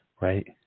right